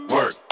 Work